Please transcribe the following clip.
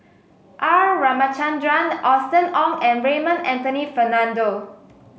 R Ramachandran Austen Ong and Raymond Anthony Fernando